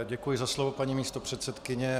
Děkuji za slovo, paní místopředsedkyně.